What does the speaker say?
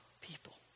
people